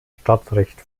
stadtrecht